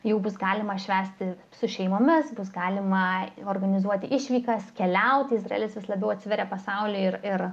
jau bus galima švęsti su šeimomis bus galima organizuoti išvykas keliauti izraelis vis labiau atsveria pasauliui ir ir